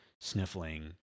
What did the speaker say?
Sniffling